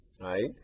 right